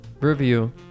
Review